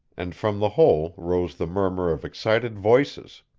and from the whole rose the murmur of excited voices.